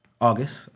August